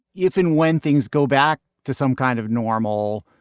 if and when things go back to some kind of normal,